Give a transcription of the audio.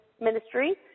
ministry